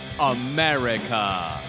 America